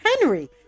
Henry